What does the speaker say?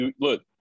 look